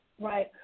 right